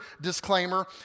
disclaimer